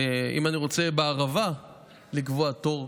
ואם אני רוצה בערבה לקבוע תור,